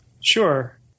Sure